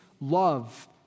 love